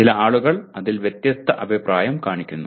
ചില ആളുകൾ അതിൽ വ്യത്യസ്ത അഭിപ്രായം കാണിക്കുന്നു